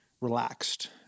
relaxed